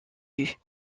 vue